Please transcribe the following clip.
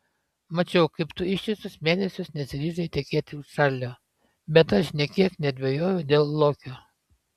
mačiau kaip tu ištisus mėnesius nesiryžai tekėti už čarlio bet aš nė kiek nedvejojau dėl lokio